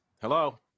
Hello